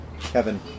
Kevin